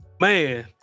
man